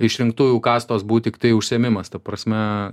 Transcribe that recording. išrinktųjų kastos būt tiktai užsiėmimas ta prasme